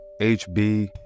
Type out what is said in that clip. HB